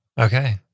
Okay